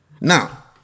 Now